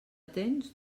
tens